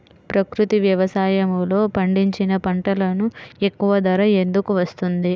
ప్రకృతి వ్యవసాయములో పండించిన పంటలకు ఎక్కువ ధర ఎందుకు వస్తుంది?